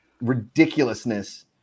ridiculousness